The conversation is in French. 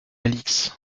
alix